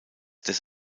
des